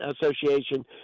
Association